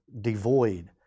devoid